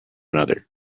another